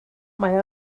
mae